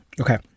Okay